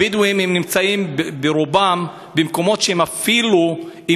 הבדואים נמצאים ברובם במקומות שאפילו אם